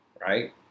right